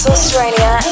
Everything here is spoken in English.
Australia